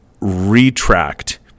retract